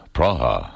Praha